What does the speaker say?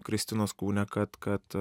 kristinos kūne kad kad